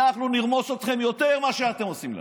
אנחנו נרמוס אתכם יותר משאתם עושים לנו.